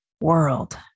world